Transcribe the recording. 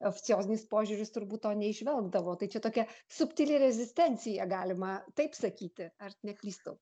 ofciozinis požiūris turbūt to neįžvelgdavo tai čia tokia subtili rezistencija galima taip sakyti ar neklystu